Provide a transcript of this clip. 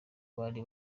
bari